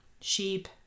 sheep